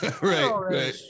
right